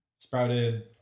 Sprouted